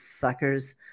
fuckers